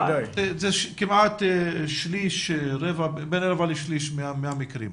זה בין רבע לשליש מהמקרים.